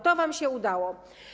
To wam się udało.